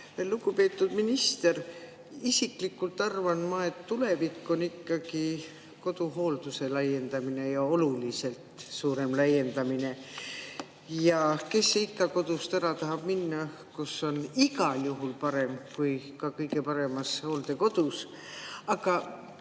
Lugupeetud minister! Isiklikult arvan ma, et tulevik on ikkagi koduhoolduse laiendamine, ja oluliselt suurem laiendamine. Kes see ikka kodust ära tahab minna? Seal on igal juhul parem kui ka kõige paremas hooldekodus. Aga